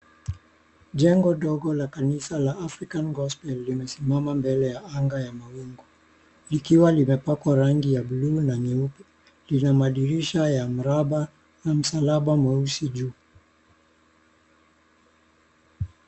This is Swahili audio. Jengo dogo la kanisa la African Gospel limesimama mbele ya anga ya mawingu. Likiwa limepakwa rangi ya bulu na nyeupe. Lina madirisha ya mraba na msalaba mweusi juu.